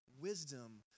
wisdom